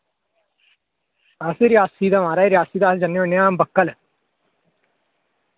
अस रियासी दा माराज रियासी दा अस जन्ने होन्ने आं बक्कल